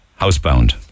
housebound